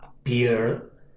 appear